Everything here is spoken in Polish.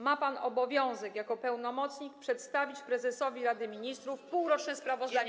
Ma pan obowiązek jako pełnomocnik przedstawić prezesowi Rady Ministrów półroczne sprawozdanie.